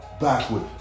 backward